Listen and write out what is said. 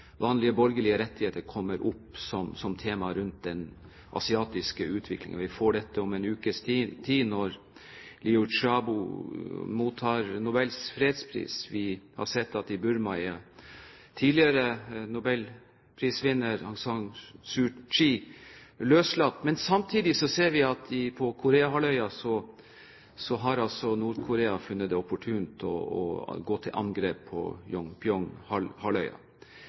vanlige borgerlige rettigheter, kommer opp som tema rundt den asiatiske utviklingen. Vi får dette om en ukes tid når Liu Xiaobo mottar Nobels fredspris. Vi har sett at i Burma er tidligere nobelprisvinner Aung San Suu Kyi løslatt. Men samtidig ser vi at på Korea-halvøya har Nord-Korea funnet det opportunt å gå til angrep på